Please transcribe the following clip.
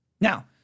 Now